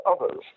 others